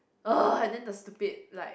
!ugh! and then the stupid like